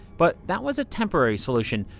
but that was a temporary solution.